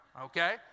okay